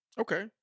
Okay